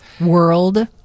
World